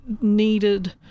needed